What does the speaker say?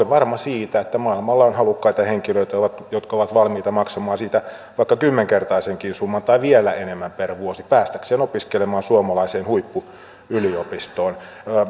varma siitä että maailmalla on halukkaita henkilöitä jotka ovat valmiita maksamaan siitä vaikka kymmenkertaisenkin summan tai vielä enemmän per vuosi päästäkseen opiskelemaan suomalaiseen huippuyliopistoon